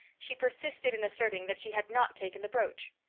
she persisted in asserting that she had not taken the brooch.